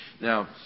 Now